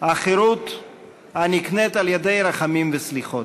החירות הנקנית על-ידי רחמים וסליחות.